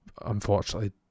unfortunately